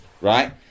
right